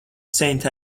saint